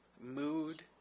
mood